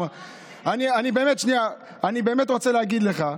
אני באמת רוצה להגיד לך,